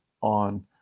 on